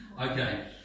Okay